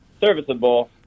serviceable